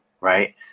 right